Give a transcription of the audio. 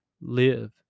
live